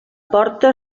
porta